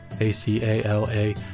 A-C-A-L-A